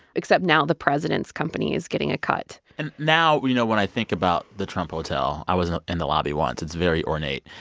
except now, the president's company is getting a cut and now, you know, when i think about the trump hotel i was in the lobby once it's very ornate.